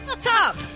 Top